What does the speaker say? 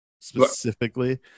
specifically